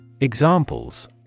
Examples